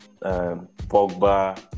Pogba